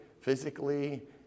physically